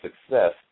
success